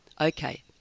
okay